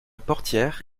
portière